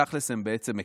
תכל'ס הם בעצם מקנאים,